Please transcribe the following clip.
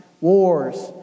wars